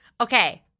Okay